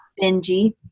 Benji